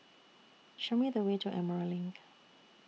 Show Me The Way to Emerald LINK